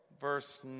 Verse